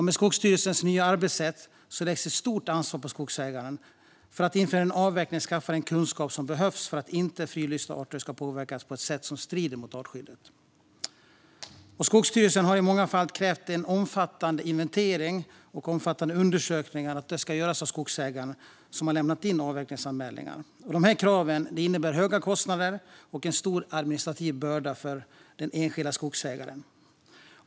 Med Skogsstyrelsens nya arbetssätt läggs ett stort ansvar på skogsägaren att inför en avverkning skaffa den kunskap som behövs för att inte fridlysta arter ska påverkas på ett sätt som strider mot artskyddet. Skogsstyrelsen har i många fall krävt att omfattande inventeringar och undersökningar ska göras av skogsägare som lämnat in avverkningsanmälningar. Dessa krav innebär höga kostnader och en stor administrativ börda för den enskilda skogsägaren.